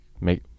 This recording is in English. make